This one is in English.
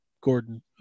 Gordon